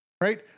Right